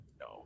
no